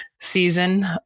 season